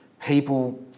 people